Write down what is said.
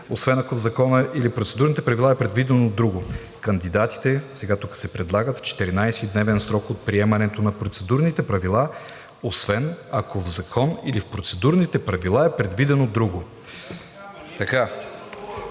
освен ако в закон или в процедурните правила е предвидено друго. Кандидатите – сега тук – се предлагат в 14-дневен срок от приемането на процедурните правила, освен ако в закон или в процедурните правила е предвидено друго.“